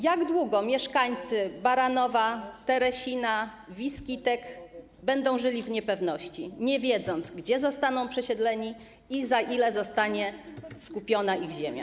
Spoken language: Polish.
Jak długo mieszkańcy Baranowa, Teresina, Wiskitek będą żyli w niepewności, nie wiedząc, gdzie zostaną przesiedleni i za ile zostanie skupiona ich ziemia?